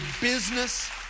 business